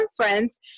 conference